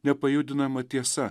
nepajudinama tiesa